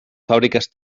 fàbriques